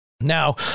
Now